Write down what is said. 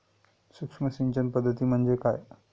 सूक्ष्म सिंचन पद्धती म्हणजे काय?